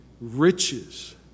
riches